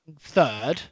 third